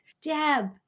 Deb